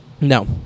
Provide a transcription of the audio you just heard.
no